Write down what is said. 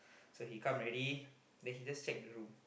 so he come already then he just check the room